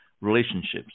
relationships